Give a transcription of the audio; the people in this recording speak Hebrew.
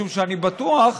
משום שאני בטוח,